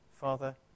Father